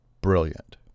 Brilliant